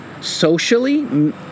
socially